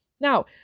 Now